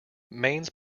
mains